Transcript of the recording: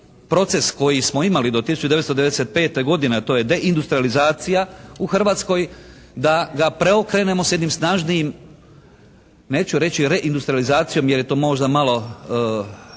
proces koji smo imali do 1995. godine a to je deindustrijalizacija u Hrvatskoj, da ga preokrenemo sa jednim snažnijim neću reći reindustrijalizacijom jer je to možda malo